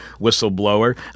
Whistleblower